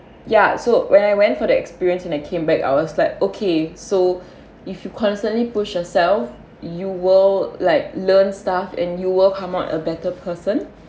ya so when I went for the experience and I came back I was like okay so if you constantly pushed yourself you will like learn stuff and you will come out a better person